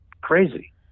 crazy